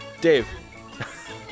Dave